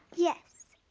yes.